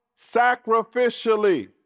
sacrificially